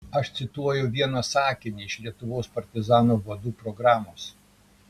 aš cituoju vieną sakinį iš lietuvos partizanų vadų programos